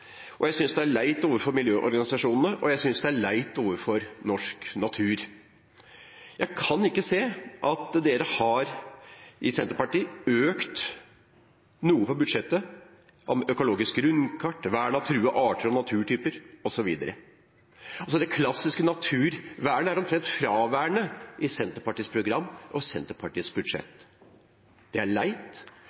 samarbeidet, jeg synes det er leit overfor miljøorganisasjonene, og jeg synes det er leit overfor norsk natur. Jeg kan ikke se at Senterpartiet har økt noe på budsjettet når det gjelder økologisk grunnkart, vern av truede arter og naturtyper osv. Det klassiske naturvernet er omtrent fraværende i Senterpartiets program og Senterpartiets budsjett. Det er leit.